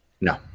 No